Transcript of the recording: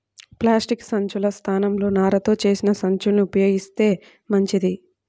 plastic సంచుల స్థానంలో నారతో చేసిన సంచుల్ని ఉపయోగిత్తే మంచిది